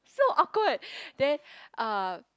so awkward then uh